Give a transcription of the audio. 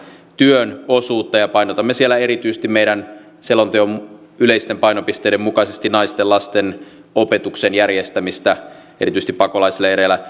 työn osuutta ja painotamme siellä erityisesti meidän selonteon yleisten painopisteiden mukaisesti naisten ja lasten opetuksen järjestämistä erityisesti pakolaisleireillä